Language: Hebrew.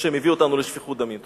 שמביא אותנו לשפיכות דמים.